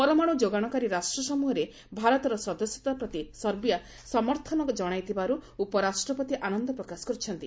ପରମାଣ୍ର ଯୋଗାଣକାରୀ ରାଷ୍ଟ୍ରସମ୍ବହରେ ଭାରତର ସଦସ୍ୟତା ପ୍ରତି ସର୍ବିଆ ସମର୍ଥନ ଜଣାଇଥିବାରୁ ଉପରାଷ୍ଟ୍ରପତି ଆନନ୍ଦ ପ୍ରକାଶ କରିଛନ୍ତି